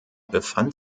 befand